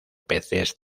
peces